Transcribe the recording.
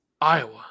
Iowa